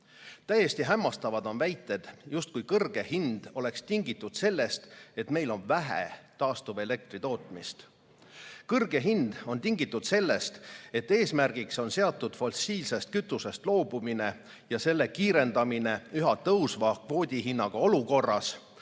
hämmastavad on väited, justkui kõrge hind oleks tingitud sellest, et meil on vähe taastuvelektri tootmist. Kõrge hind on tingitud sellest, et eesmärgiks on seatud fossiilsest kütusest loobumine ja selle kiirendamine üha tõusva kvoodihinnaga olukorras,